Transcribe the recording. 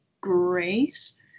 grace